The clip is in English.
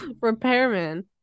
repairman